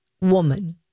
woman